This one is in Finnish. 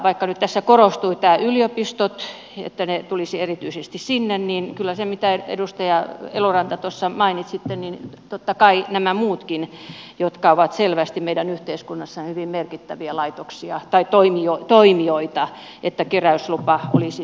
vaikka nyt tässä korostuivat nämä yliopistot että ne tulisivat erityisesti sinne niin kuten edustaja eloranta tuossa mainitsitte niin totta kai näillä muillakin jotka ovat selvästi meidän yhteiskunnassa hyvin merkittäviä laitoksia tai toimijoita keräyslupa olisi myös